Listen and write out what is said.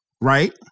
right